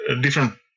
different